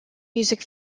music